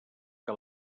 que